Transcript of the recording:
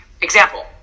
Example